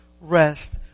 rest